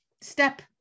step